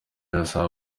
irasaba